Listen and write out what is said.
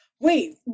wait